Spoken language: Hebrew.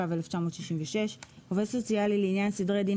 התש"ו-1966; (3) עובד סוציאלי לעניין סדרי דין